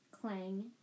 Clang